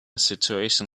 situation